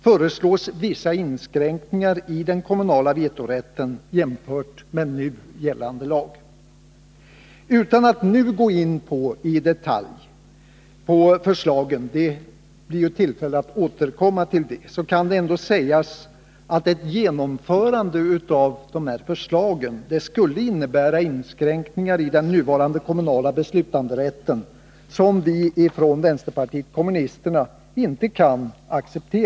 föreslås vissa Utan att nu gå in i detalj på förslagen — det blir tillfälle att återkomma till det — Onsdagen den kan det sägas att ett genomförande av dessa förslag skulle innebära 28 oktober 1981 inskränkningar i den nuvarande kommunala beslutanderätten som vi från 2 vänsterpartiet kommunisterna inte kan acceptera.